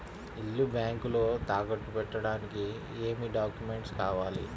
ఇల్లు బ్యాంకులో తాకట్టు పెట్టడానికి ఏమి డాక్యూమెంట్స్ కావాలి?